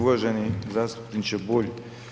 Uvaženi zastupniče Bulj.